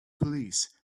police